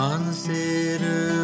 Consider